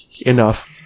Enough